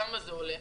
כמה זה עולה?